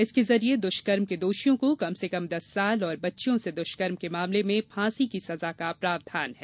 इसके जरिये दुष्कर्म के दोषियों को कम से कम दस साल और बच्चियों से दुष्कर्म के मामले में फांसी की सजा का प्रावधान है